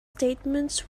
statements